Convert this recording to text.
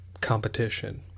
competition